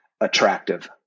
attractive